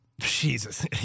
Jesus